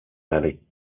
valley